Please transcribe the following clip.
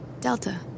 Delta